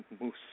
Moose